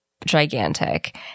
Gigantic